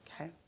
Okay